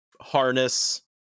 Harness